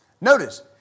Notice